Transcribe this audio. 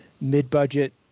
mid-budget